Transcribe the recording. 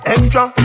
Extra